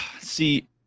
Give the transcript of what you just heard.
see